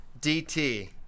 DT